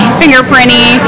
fingerprinty